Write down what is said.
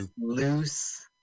loose